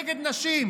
מצביעה נגד נשים.